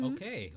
Okay